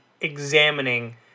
examining